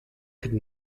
could